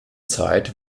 zeit